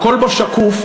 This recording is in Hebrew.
הכול בו שקוף,